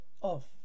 off